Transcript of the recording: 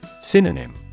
synonym